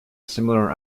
similar